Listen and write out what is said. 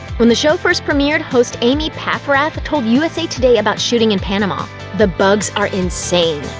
when the show first premiered, host amy paffrath told usa today about shooting in panama the bugs are insane.